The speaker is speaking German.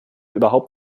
überhaupt